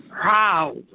proud